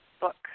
book